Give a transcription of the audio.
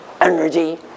energy